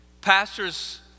pastors